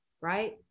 right